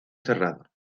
cerrado